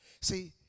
See